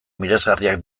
miresgarriak